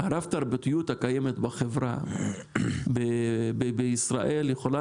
הרב-תרבותיות הקיימת בחברה בישראל יכולה